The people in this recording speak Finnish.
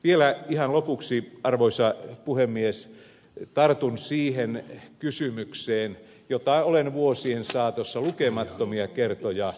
vielä ihan lopuksi arvoisa puhemies tartun siihen kysymykseen jota olen vuosien saatossa lukemattomia kertoja ihmetellyt